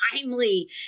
timely